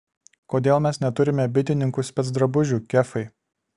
kodėl mes neturime bitininkų specdrabužių kefai